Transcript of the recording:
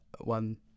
one